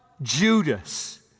Judas